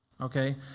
okay